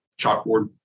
chalkboard